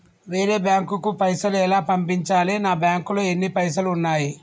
వేరే బ్యాంకుకు పైసలు ఎలా పంపించాలి? నా బ్యాంకులో ఎన్ని పైసలు ఉన్నాయి?